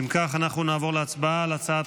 חבר הכנסת